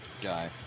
guy